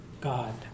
God